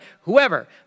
whoever